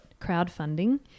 crowdfunding